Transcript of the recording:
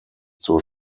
zur